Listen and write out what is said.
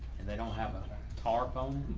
and they don't have a tar phone.